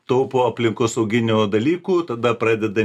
taupo aplinkosauginių dalykų tada pradeda